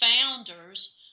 founders